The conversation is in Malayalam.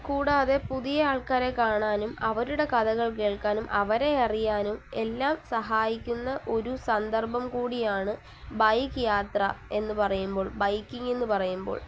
കൂടാതെ പുതിയ ആൾക്കാരെ കാണാനും അവരുടെ കഥകൾ കേൾക്കാനും അവരെ അറിയാനും എല്ലാം സഹായിക്കുന്ന ഒരു സന്ദർഭം കൂടിയാണ് ബൈക്ക് യാത്ര എന്നു പറയുമ്പോൾ ബൈക്കിംഗ് എന്നു പറയുമ്പോൾ